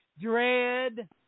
Dread